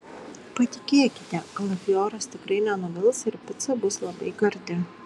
patikėkite kalafioras tikrai nenuvils ir pica bus labai gardi